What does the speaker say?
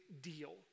deal